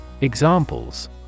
Examples